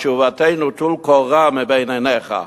תשובתנו: טול קורה מבין עיניך.